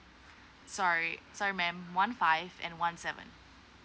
sorry sorry ma'am one five and one seven